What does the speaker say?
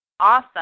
Awesome